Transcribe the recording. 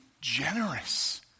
generous